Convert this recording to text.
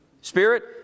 Spirit